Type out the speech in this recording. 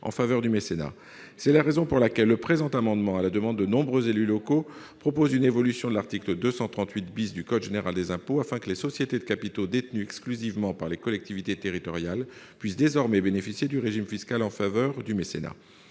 C'est la raison pour laquelle le présent amendement, à la demande de nombreux élus locaux, vise à proposer une évolution de l'article 238 du code général des impôts, afin que les sociétés de capitaux détenues exclusivement par les collectivités territoriales puissent désormais bénéficier du régime fiscal en faveur du mécénat.